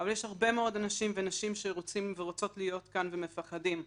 אבל יש הרבה מאוד אנשים ונשים שרוצים ורוצות להיות כאן ומפחדים,